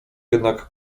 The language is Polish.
jednak